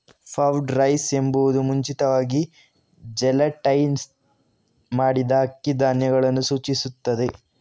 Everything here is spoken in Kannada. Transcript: ಪಫ್ಡ್ ರೈಸ್ ಎಂಬುದು ಮುಂಚಿತವಾಗಿ ಜೆಲಾಟಿನೈಸ್ಡ್ ಮಾಡಿದ ಅಕ್ಕಿ ಧಾನ್ಯಗಳನ್ನು ಸೂಚಿಸುತ್ತದೆ